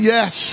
Yes